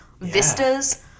vistas